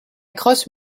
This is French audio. crosse